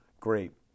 Great